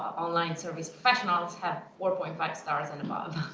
online service professionals have four point five stars and above.